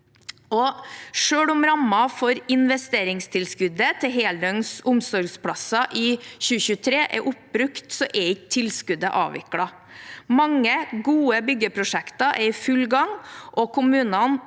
Selv om rammen for investeringstilskuddet til heldøgns omsorgsplasser i 2023 er oppbrukt, er ikke tilskuddet avviklet. Mange gode byggeprosjekter er i full gang, og kommunene